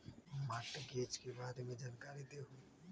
Mortgage के बारे में जानकारी देहु?